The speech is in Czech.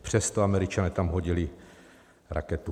Přesto Američané tam hodili raketu.